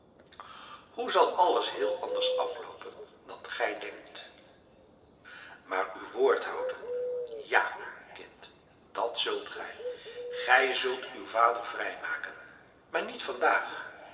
hoe zal alles heel anders afloopen dan gij denkt maar uw woord houden ja kind dàt zult gij gij zult uw vader vrijmaken maar niet vandaag